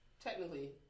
technically